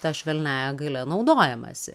ta švelniąja galia naudojamasi